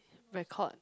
record